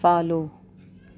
follow